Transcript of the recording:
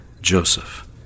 Joseph